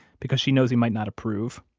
because she knows he might not approve.